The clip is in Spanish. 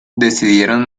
decidieron